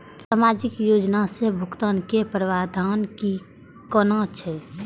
सामाजिक योजना से भुगतान के प्रावधान की कोना छै?